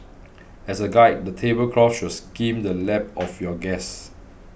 as a guide the table cloth should skim the lap of your guests